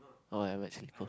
oh I'm actually cold